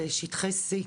בשטחי C ,